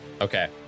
Okay